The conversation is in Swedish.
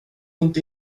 inte